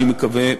אני מקווה,